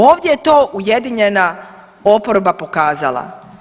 Ovdje je to ujedinjena oporba pokazala.